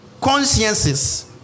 consciences